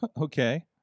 Okay